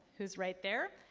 who's right there,